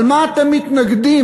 על מה אתם מתנגדים?